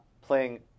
playing